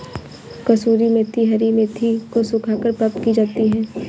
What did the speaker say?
कसूरी मेथी हरी मेथी को सुखाकर प्राप्त की जाती है